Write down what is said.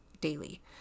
daily